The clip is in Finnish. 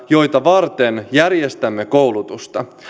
joita varten järjestämme koulutusta